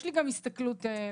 יש לי גם הסתכלות לצדדים.